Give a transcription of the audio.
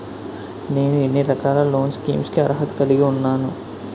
నేను ఎన్ని రకాల లోన్ స్కీమ్స్ కి అర్హత కలిగి ఉన్నాను?